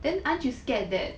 then aren't you scared that